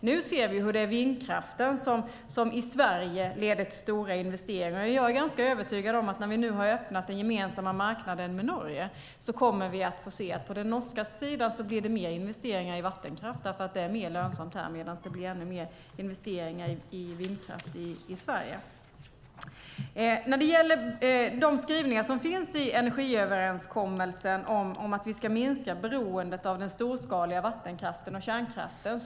Nu ser vi hur vindkraften leder till stora investeringar i Sverige. Jag är övertygad om att när vi nu har öppnat den gemensamma marknaden med Norge kommer vi att få se att det blir mer investeringar i vattenkraft på den norska sidan eftersom det är mer lönsamt där medan det blir mer investeringar i vindkraft i Sverige. I energiöverenskommelsen finns det skrivningar om att vi ska minska beroendet av den storskaliga vattenkraften och kärnkraften.